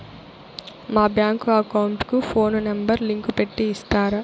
మా bank account కు phone number link పెట్టి ఇస్తారా?